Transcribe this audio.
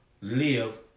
live